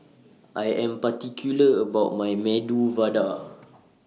I Am particular about My Medu Vada